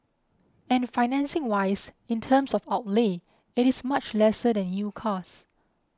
and financing wise in terms of outlay it is much lesser than new cars